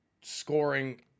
scoring